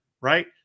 Right